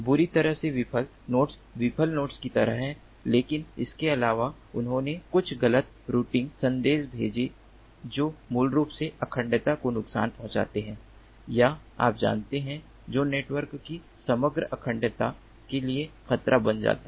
बुरी तरह से विफल नोड्स विफल नोड्स की तरह हैं लेकिन इसके अलावा उन्होंने कुछ गलत रूटिंग संदेश भेजे जो मूल रूप से अखंडता को नुकसान पहुंचाते हैं या आप जानते हैं जो नेटवर्क की समग्र अखंडता के लिए खतरा बन जाता है